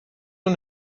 una